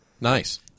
Nice